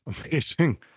amazing